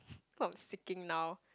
kind of seeking now